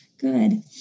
good